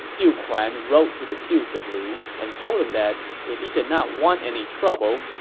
duke huan wrote to the duke of lu and told him that if he did not want any trouble,